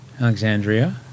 Alexandria